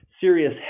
serious